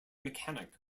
mechanic